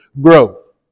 growth